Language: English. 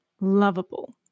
lovable